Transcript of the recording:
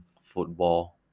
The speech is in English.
Football